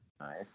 Nice